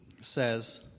says